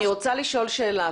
אני רוצה לשאול שאלה,